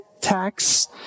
tax